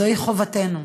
זוהי חובתנו.